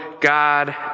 God